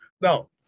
Now